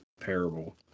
parable